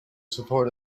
support